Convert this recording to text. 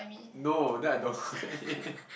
no then I don't want eat